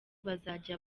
bazajya